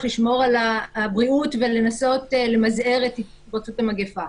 לשמור על הבריאות ולנסות למזער את התפרצות המגפה.